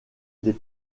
des